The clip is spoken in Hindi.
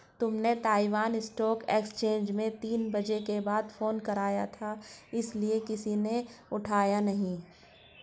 तुमने ताइवान स्टॉक एक्सचेंज में तीन बजे के बाद फोन करा था इसीलिए किसी ने उठाया नहीं